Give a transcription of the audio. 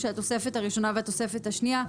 שהתוספת הראשונה והתוספת השנייה,